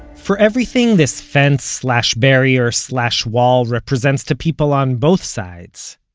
for everything this fence slash barrier slash wall represents to people on both sides,